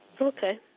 Okay